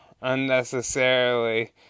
unnecessarily